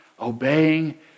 obeying